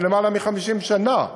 של למעלה מ-50 שנה.